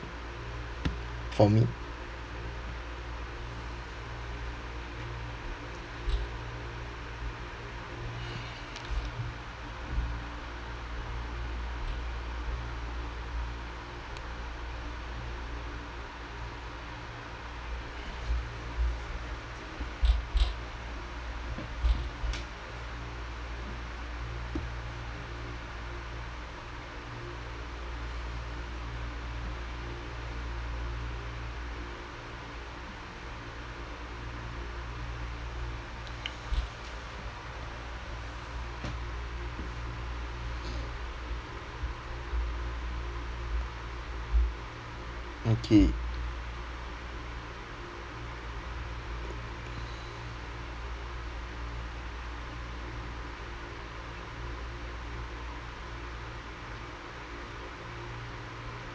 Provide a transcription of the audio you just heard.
for me okay